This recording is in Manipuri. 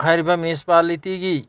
ꯍꯥꯏꯔꯤꯕ ꯃ꯭ꯌꯨꯅꯤꯁꯤꯄꯥꯂꯤꯇꯤꯒꯤ